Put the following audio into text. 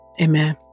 Amen